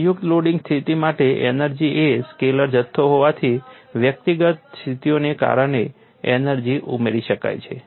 સંયુક્ત લોડિંગ સ્થિતિ માટે એનર્જી એ સ્કેલર જથ્થો હોવાથી વ્યક્તિગત સ્થિતિઓને કારણે એનર્જી ઉમેરી શકાય છે